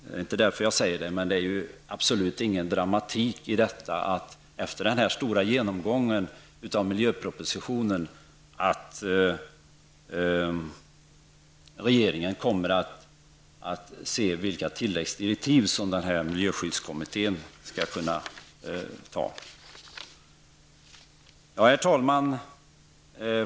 Det är inte därför jag säger detta, men det finns absolut ingen dramatik i detta, att efter den här stora genomgången av miljöpropositionen kommer regeringen att se över vilka tilläggsdirektiv som den här miljöskyddskommittén skall få. Herr talman!